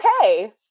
okay